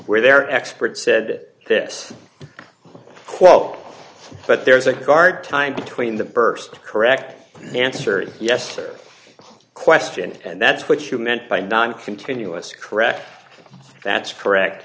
where their expert said this quote but there is a card time between the burst correct answer yes or question and that's what you meant by nine continuous correct that's correct